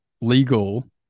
legal